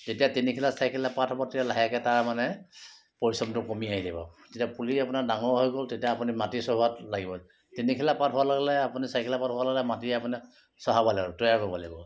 যেতিয়া তিনিখিলা চাৰিখিলা পাত হ'ব তেতিয়া লাহেকৈ তাৰ মানে পৰিশ্ৰমটো কমি আহিব যেতিয়া পুলি আপোনাৰ ডাঙৰ হৈ গ'ল তেতিয়া আপোনি মাটি চহোৱাত লাগিব তিনিখিলা পাত হোৱা লগে লগে আপুনি চাৰিখিলা পাত হোৱা লগে লগে মাটি আপুনি চহাব লাগিব তৈয়াৰ কৰিব লাগিব